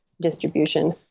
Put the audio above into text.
distribution